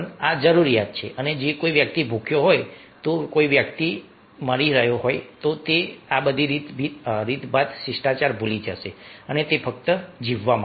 આ જરૂરિયાતો છે જો કોઈ વ્યક્તિ ભૂખ્યો હોય જો કોઈ વ્યક્તિ મરી રહ્યો હોય તો તે આ બધી રીતભાત શિષ્ટાચાર ભૂલી જશે અને તે ફક્ત જીવવા માંગશે